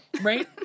right